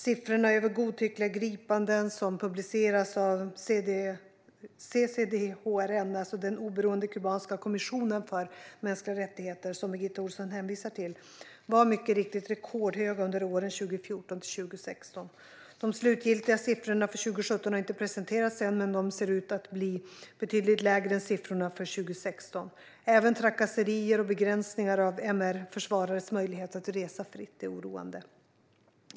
Siffrorna över godtyckliga gripanden som publiceras av CCDHRN, den oberoende kubanska kommissionen för mänskliga rättigheter som Birgitta Ohlsson hänvisar till, var mycket riktigt rekordhöga under åren 2014 till 2016. De slutgiltiga siffrorna för 2017 har inte presenterats än, men de ser ut att bli betydligt lägre än siffrorna för 2016. Även trakasserier och begränsningar av MR-försvarares möjlighet att resa fritt är oroande.